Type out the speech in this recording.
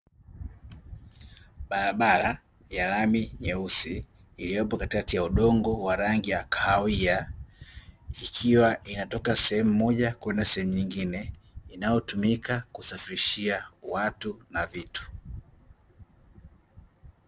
Barabara ya lami nyeusi iliyopo katikati ya udongo wa rangi ya kahawia, ikiwa inatoka sehemu moja kwenda sehemu nyingine inayotumika kusafirishia watu na vitu.